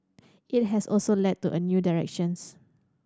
it has also led to a new directions